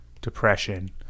depression